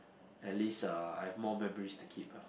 at least ah I have more memories to keep ah